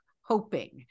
hoping